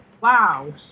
Wow